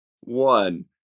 one